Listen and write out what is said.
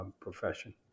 profession